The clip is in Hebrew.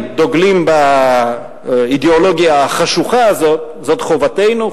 דוגלים באידיאולוגיה החשוכה הזאת זו חובתנו,